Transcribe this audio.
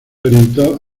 orientó